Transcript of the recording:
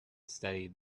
studied